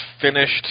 finished